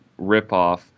ripoff